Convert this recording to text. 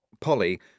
Polly